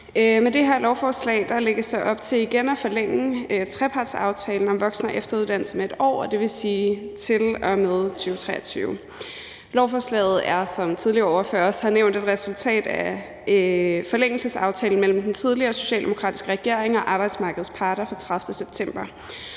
Med det her lovforslag lægges der op til igen at forlænge trepartsaftalen om voksen- og efteruddannelse med 1 år, og det vil sige til og med 2023. Lovforslaget er, som tidligere ordførere også har nævnt, et resultat af forlængelsesaftalen mellem den tidligere socialdemokratiske regering og arbejdsmarkedets parter fra den 30. september.